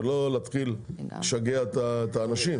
ולא להתחיל לשגע את האנשים.